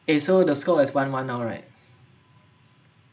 eh so the score is one one now right